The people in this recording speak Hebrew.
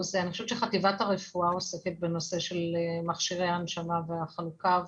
אני חושבת שחטיבת הרפואה עוסקת בנושא של מכשירה ההנשמה והחלוקה.